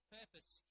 purpose